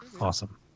Awesome